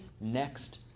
next